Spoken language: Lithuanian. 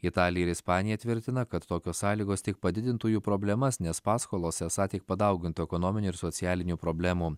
italija ir ispanija tvirtina kad tokios sąlygos tik padidintų jų problemas nes paskolos esą tik padaugintų ekonominių ir socialinių problemų